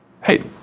Hey